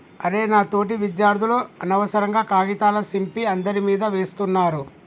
అరె నా తోటి విద్యార్థులు అనవసరంగా కాగితాల సింపి అందరి మీదా వేస్తున్నారు